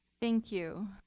thank you.